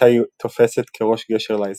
אותה היא תופסת כ"ראש גשר" לאזור.